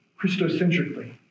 Christocentrically